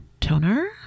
toner